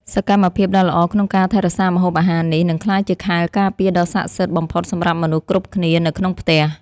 សកម្មភាពដ៏ល្អក្នុងការថែរក្សាម្ហូបអាហារនេះនឹងក្លាយជាខែលការពារដ៏ស័ក្តិសិទ្ធិបំផុតសម្រាប់មនុស្សគ្រប់គ្នានៅក្នុងផ្ទះ។